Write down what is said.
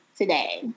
today